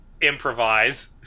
improvise